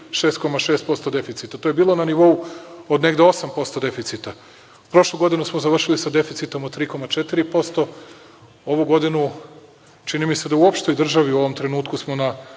6,6% deficita. To je bilo na nivou od negde 8% deficita. Prošlu godinu smo završili sa deficitom od 3,4%, ovu godinu čini mi se da u opštoj državi u ovom trenutku smo na